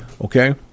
okay